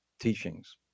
teachings